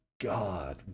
God